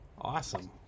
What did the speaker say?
awesome